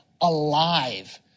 alive